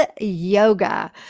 Yoga